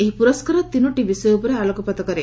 ଏହି ପୁରସ୍କାର ତିନୋଟି ବିଷୟ ଉପରେ ଆଲୋକପାତ କରେ